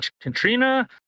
Katrina